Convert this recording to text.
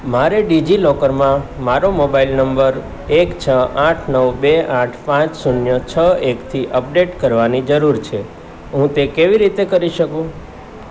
મારે ડિજિલોકરમાં મારો મોબાઇલ નંબર એક છ આઠ નવ બે આઠ પાંચ શૂન્ય છ એકથી અપડેટ કરવાની જરૂર છે હું તે કેવી રીતે કરી શકું